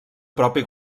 propi